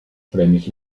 premis